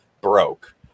broke